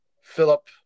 philip